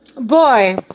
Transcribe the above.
Boy